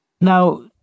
Now